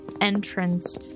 entrance